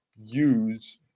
use